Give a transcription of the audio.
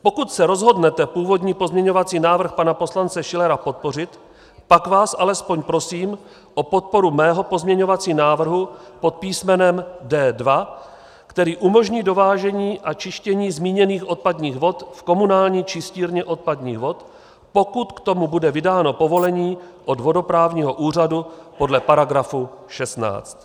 Pokud se rozhodnete původní pozměňovací návrh pana poslance Schillera podpořit, pak vás alespoň prosím o podporu mého pozměňovacího návrhu pod písmenem D2, který umožní dovážení a čištění zmíněných odpadních vod v komunální čistírně odpadních vod, pokud k tomu bude vydáno povolení od vodoprávního úřadu podle § 16.